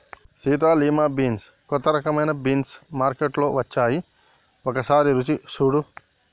Sita lima bean కొత్త రకమైన beans మార్కేట్లో వచ్చాయి ఒకసారి రుచి సుడు